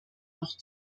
noch